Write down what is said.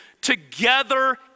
together